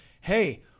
hey